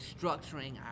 structuring